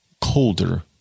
colder